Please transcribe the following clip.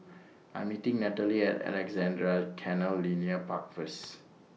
I'm meeting Natalie At Alexandra Canal Linear Park First